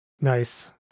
Nice